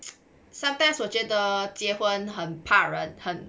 sometimes 我觉得结婚很怕人很